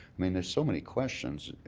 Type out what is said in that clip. i mean there's so many questions.